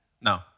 No